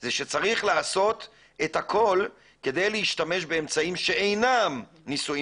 זה שצריך לעשות את הכול כדי להשתמש באמצעים שאינם ניסויים